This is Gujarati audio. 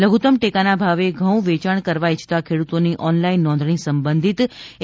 લધુત્તમ ટેકાના ભાવે ઘઉં વેચાણ કરવા ઈચ્છતા ખેડુતોની ઓનલાઈન નોંધણી સંબંધિત એ